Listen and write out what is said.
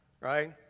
right